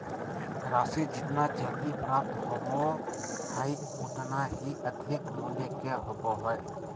राशि जितना जल्दी प्राप्त होबो हइ उतना ही अधिक मूल्य के होबो हइ